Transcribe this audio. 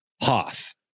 Hoth